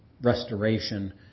restoration